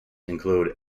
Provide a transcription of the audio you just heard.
include